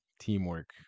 teamwork